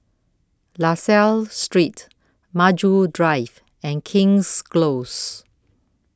La Salle Street Maju Drive and King's Close